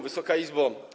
Wysoka Izbo!